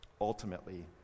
ultimately